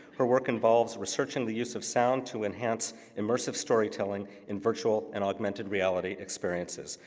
her work involves researching the use of sound to enhance immersive storytelling in virtual and augmented reality experiences.